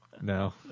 no